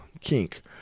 kink